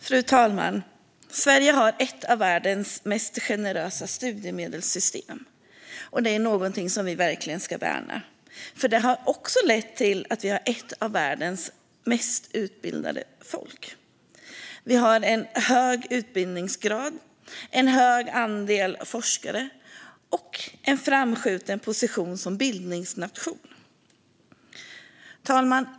Fru talman! Sverige har ett av världens mest generösa studiemedelssystem. Det är någonting som vi verkligen ska värna, för det har lett till att vi också har ett av världens mest utbildade folk. Vi har en hög utbildningsgrad, en hög andel forskare och en framskjuten position som bildningsnation. Fru talman!